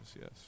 yes